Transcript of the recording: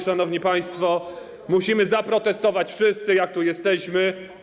Szanowni państwo, musimy zaprotestować wszyscy, jak tu jesteśmy.